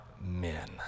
men